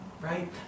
right